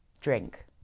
drink